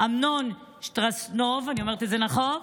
אמנון סטרשנוב, אני אומרת את זה נכון?